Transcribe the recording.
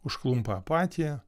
užklumpa apatija